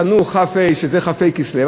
חנו כ"ה שזה כ"ה כסלו.